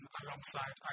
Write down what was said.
alongside